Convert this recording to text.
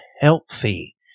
healthy